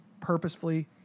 purposefully